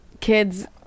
kids